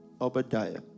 Obadiah